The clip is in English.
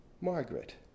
Margaret